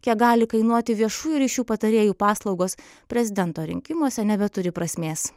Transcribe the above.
kiek gali kainuoti viešųjų ryšių patarėjų paslaugos prezidento rinkimuose nebeturi prasmės